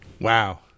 Wow